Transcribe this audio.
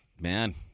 man